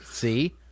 See